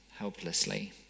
Helplessly